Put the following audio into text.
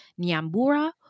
Nyambura